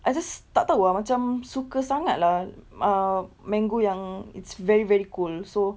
I just tak tahu ah macam suka sangat lah err mango yang it's very very cold so